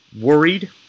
worried